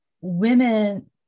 women